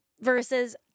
versus